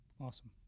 Awesome